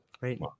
right